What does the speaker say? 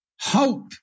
Hope